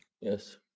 yes